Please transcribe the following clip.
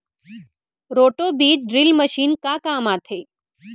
Roto बीज drill machine का काम आथे?